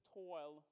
toil